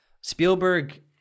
Spielberg